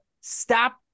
stop